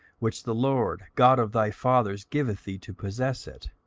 which the lord god of thy fathers giveth thee to possess it,